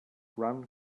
run